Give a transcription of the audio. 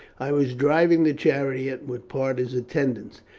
i was driving the chariot with parta's attendants,